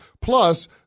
Plus